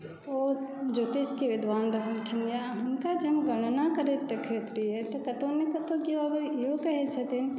ओ ज्योतिषके विद्वान छलखिन हुनका जे हम गणना करैत देखैत रहियै तँ कतहु नहि कतहु कियो आबय इहो कहय छलाह